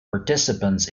participants